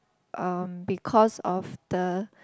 um because of the